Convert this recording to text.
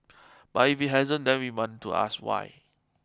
but if it hasn't then we want to ask why